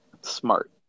smart